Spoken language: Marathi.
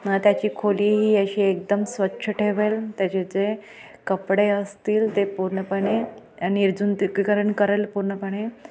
त्याची खोली ही अशी एकदम स्वच्छ ठेवेल त्याचे जे कपडे असतील ते पूर्णपणे निर्जंतुकीकरण करेल पूर्णपणे